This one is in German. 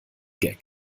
gag